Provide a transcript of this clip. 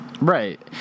Right